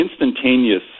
instantaneous